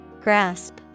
Grasp